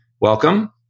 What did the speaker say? Welcome